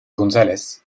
gonzález